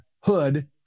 hood